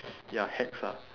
ya hex ah